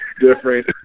different